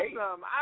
awesome